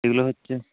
এগুলো হচ্ছে